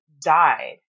died